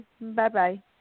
Bye-bye